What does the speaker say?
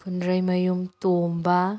ꯐꯨꯟꯗ꯭ꯔꯩꯃꯌꯨꯝ ꯇꯣꯝꯕ